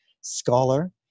scholar